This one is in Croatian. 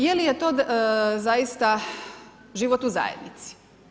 Je li je to zaista život u zajednici?